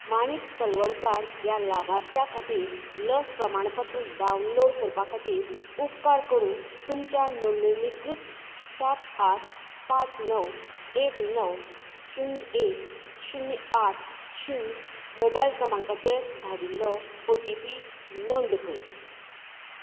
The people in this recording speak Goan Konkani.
माणिक तलवडकार ह्या लाभार्थ्या खातीर लस प्रमाणपत्र डावनलोड करपा खातीर उपकार करून तुमच्या नोंदणीकृत सात आठ पांच णव एक णव शून्य एक शून्य आठ शून्य मोबायल क्रमांकाचेर धाडिल्लो ओ टी पी नोंद कर